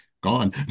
gone